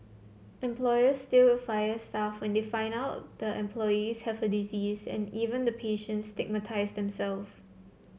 employers still fire staff when they find out the employees have the disease and even the patients stigmatise themselves